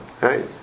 Right